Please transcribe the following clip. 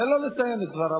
תן לו לסיים את דבריו.